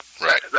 Right